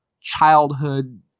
childhood